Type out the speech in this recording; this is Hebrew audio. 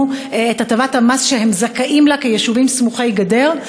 את הטבת המס שהם זכאים לה כיישובים סמוכי-גדר,